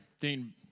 Dean